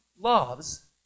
loves